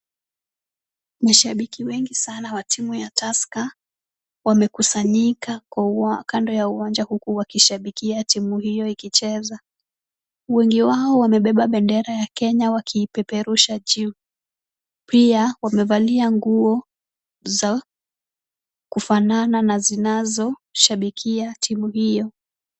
Mashabiki wengi sana wa timu ya tusker, wamekusanyika kando ya uwanja huku wakishabikia timu hiyo ikicheza. Wengi wao wamebeba bendera ya Kenya wakiipeperusha juu. Pia wamevalia nguo za kufanana na zinazoshabikia timu hiyo.